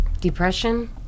depression